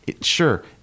Sure